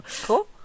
Cool